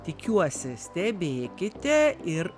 tikiuosi stebėkite ir